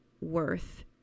worth